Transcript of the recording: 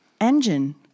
engine